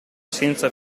senza